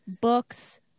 books